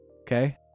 Okay